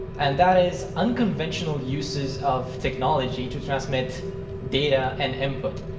and that is unconventional uses of technology to to admit data and input.